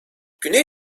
güney